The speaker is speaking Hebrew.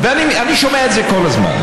אני שומע את זה כל הזמן,